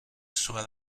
soient